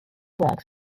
works